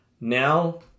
now